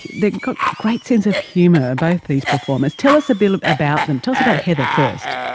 they've got great sense of humour, both these performers. tell us a bit about them. tell us about heather first.